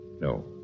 No